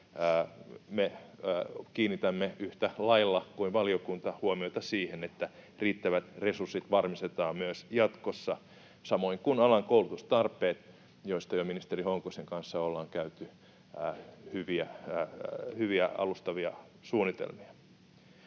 me kiinnitämme, yhtä lailla kuin valiokunta, huomiota siihen, että varmistetaan myös jatkossa riittävät resurssit samoin kuin alan koulutustarpeet, joista jo ministeri Honkosen kanssa ollaan käyty hyviä, alustavia suunnitelmia.